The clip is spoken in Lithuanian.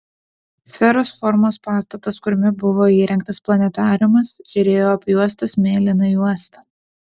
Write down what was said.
sferos formos pastatas kuriame buvo įrengtas planetariumas žėrėjo apjuostas mėlyna juosta